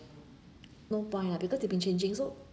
no point lah because they've been changing so